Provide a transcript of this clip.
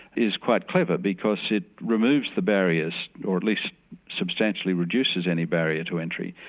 is quite clever, because it removes the barriers, or at least substantially reduces any barrier to entry.